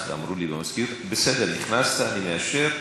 בסדר, נכנסת, אני מאשר.